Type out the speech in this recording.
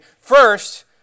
First